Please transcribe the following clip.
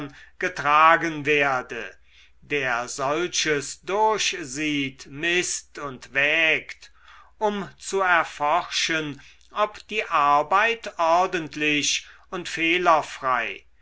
getragen werde der solches durchsieht mißt und wägt um zu erforschen ob die arbeit ordentlich und fehlerfrei